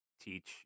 teach